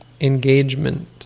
engagement